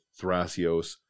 Thrasios